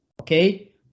okay